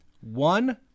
One